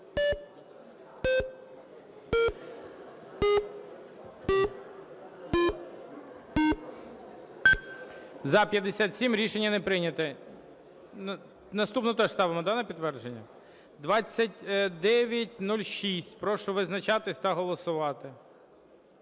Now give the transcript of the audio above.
За-57 Рішення не прийнято. Наступну теж ставимо на підтвердження. 2906. Прошу визначатись та голосувати.